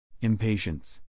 Impatience